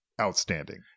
outstanding